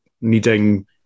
needing